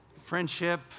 friendship